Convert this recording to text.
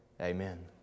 Amen